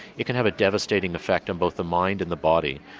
it can have a devastating effect on both the mind and the body.